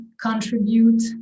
contribute